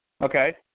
Okay